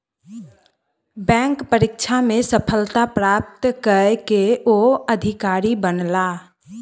bank परीक्षा में सफलता प्राप्त कय के ओ अधिकारी बनला